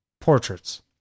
portraits